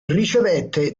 ricevette